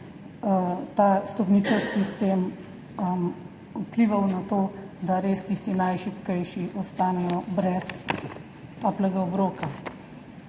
ta stopničast sistem vplival na to, da res tisti najšibkejši ostanejo brez toplega obroka.